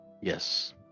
Yes